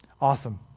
awesome